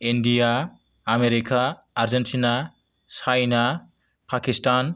India America Argentina China Pakistan